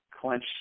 clench